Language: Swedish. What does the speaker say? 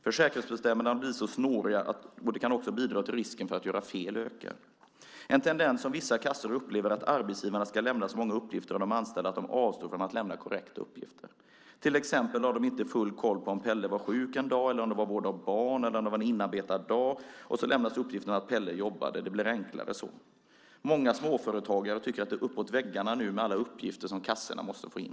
Försäkringsbestämmelserna har blivit så snåriga att det kan bidra till att risken för att göra fel ökar. En tendens som vissa kassor upplever är att arbetsgivarna ska lämna så många uppgifter om de anställda att de avstår från att lämna korrekta uppgifter. Till exempel har de inte full koll på om Pelle var sjuk en dag eller om det var vård av barn eller en inarbetad dag, och så lämnas uppgiften att Pelle jobbade. Det blir enklare så. Många småföretagare tycker att det är uppåt väggarna nu med alla uppgifter som kassorna måste få in.